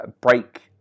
break